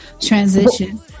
transition